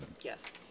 Yes